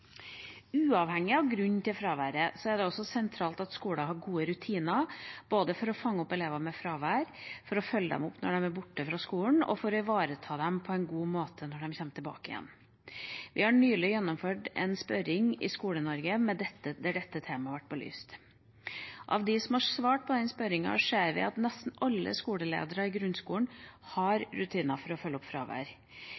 Uavhengig av grunnen til fraværet er det også sentralt at skolene har gode rutiner, både for å fange opp elever med fravær, for å følge dem opp når de er borte fra skolen, og for å ivareta dem på en god måte når de kommer tilbake igjen. Vi har nylig gjennomført en spørring i Skole-Norge der dette temaet ble belyst. Av de som har svært på spørringen, ser vi at nesten alle skolelederne i grunnskolen har